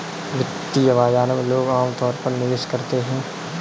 वित्तीय बाजार में लोग अमतौर पर निवेश करते हैं